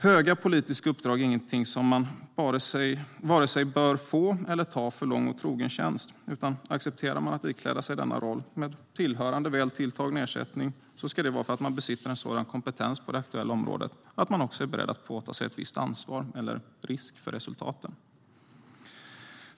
Höga politiska uppdrag är ingenting som man vare sig bör få eller ta för lång och trogen tjänst, utan accepterar man att ikläda sig denna roll med tillhörande väl tilltagna ersättning ska det vara för att man besitter en sådan kompetens på det aktuella området att man också är beredd att påta sig ett visst ansvar, eller risk, för resultaten.